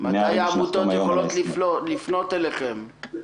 מתי העמותות יכולות לפנות אליכם?